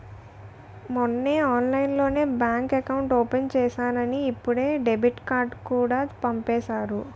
మొన్నే ఆన్లైన్లోనే bank account open చేసేసానని ఇప్పుడే డెబిట్ కార్డుకూడా పంపేసారు